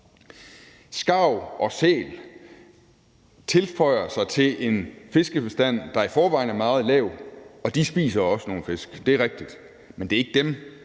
Skarver og sæler tilføjer sig til det, at fiskebestanden i forvejen er meget lav, og de spiser også nogle fisk, det er rigtigt, men det er ikke dem,